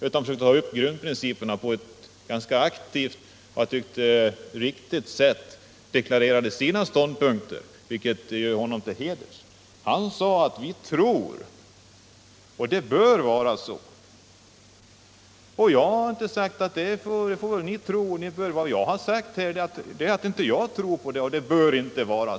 Han försökte ta upp grundprinciperna på ett riktigt sätt — Arbetsmiljölag, och deklarerade sin ståndpunkt, vilket hedrar honom. Han sade att folk = m.m. partiet tror på samverkan på det här området. Det gör inte jag.